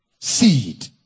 Seed